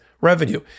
revenue